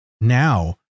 now